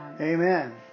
Amen